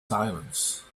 silence